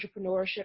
entrepreneurship